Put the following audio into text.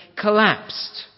collapsed